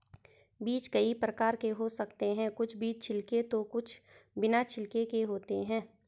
बीज कई प्रकार के हो सकते हैं कुछ बीज छिलके तो कुछ बिना छिलके के होते हैं